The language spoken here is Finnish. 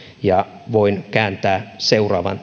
ja voin kääntää seuraavan tehtävän